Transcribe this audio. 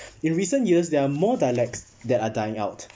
in recent years there are more dialects that are dying out